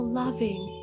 loving